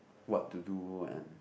what to do and